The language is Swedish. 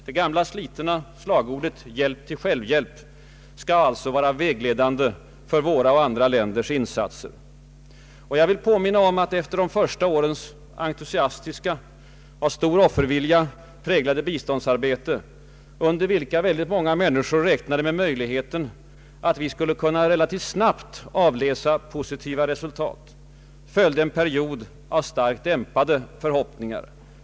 Det gamla slagordet ”hjälp till självhjälp” skall alltså vara vägledande för våra och andra länders insatser. Jag vill påminna om att efter de första årens entusiastiska och av stor offervilja präglade biståndsarbete, då många människor räknade med möjligheten att vi relativt snabbt skulle kunna av läsa positiva resultat, följde en period av starkt dämpade förhoppningar.